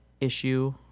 issue